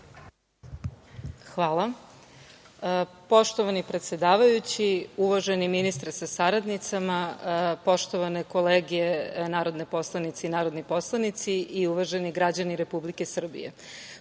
Hvala. Poštovani predsedavajući, uvaženi ministre sa saradnicama, poštovane kolege narodne poslanice i narodni poslanici i uvaženi građani Republike Srbije. Pred